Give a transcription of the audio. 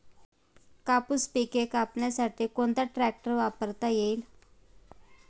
कापूस पिके कापण्यासाठी कोणता ट्रॅक्टर वापरता येईल?